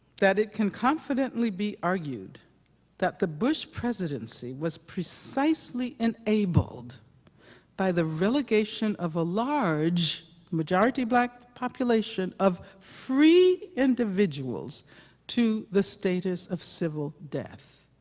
it can confidently be argued that the bush presidency was precisely enabled by the relegation of a large majority black population of free individuals to the status of civil death